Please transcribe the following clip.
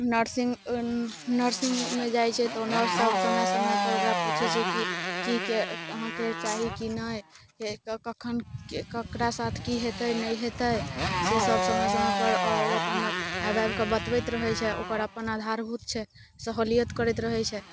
nursing नर्सिंगमे जाइ छै तऽ ओ नर्ससभ समय समयपर ओकरा पूछै छै कि अहाँके चाही की नहि के कखन केकरा साथ की हेतै नहि हेतै से सभ समय समयपर ओ अपन आबि आबि कऽ बतबैत रहैत छै ओकर अपन आधारभूत छै सहूलियत करैत रहैत छै